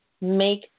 make